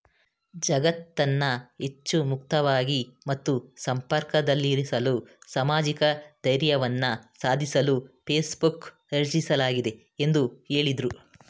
ಜಗತ್ತನ್ನ ಹೆಚ್ಚು ಮುಕ್ತವಾಗಿ ಮತ್ತು ಸಂಪರ್ಕದಲ್ಲಿರಿಸಲು ಸಾಮಾಜಿಕ ಧ್ಯೇಯವನ್ನ ಸಾಧಿಸಲು ಫೇಸ್ಬುಕ್ ರಚಿಸಲಾಗಿದೆ ಎಂದು ಹೇಳಿದ್ರು